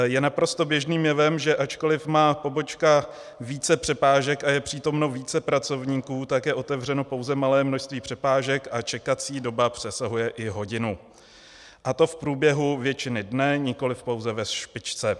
Je naprosto běžným jevem, že ačkoliv má pobočka více přepážek a je přítomno více pracovníků, tak je otevřeno pouze malé množství přepážek a čekací doba přesahuje i hodinu, a to v průběhu většiny dne, nikoliv pouze ve špičce.